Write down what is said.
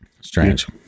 Strange